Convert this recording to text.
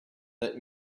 let